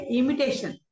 imitation